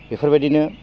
बेफोरबादिनो